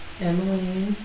Emily